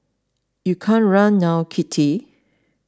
you can't run now Kitty